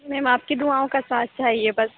میم آپ کی دعاؤں کا ساتھ چاہیے بس